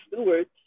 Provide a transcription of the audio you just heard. stewards